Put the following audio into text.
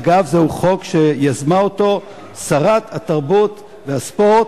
אגב, זהו חוק שיזמה שרת התרבות והספורט,